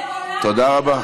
תודה רבה.